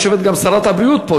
יושבת גם שרת הבריאות פה,